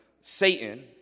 Satan